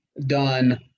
done